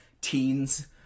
teens